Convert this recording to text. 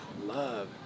love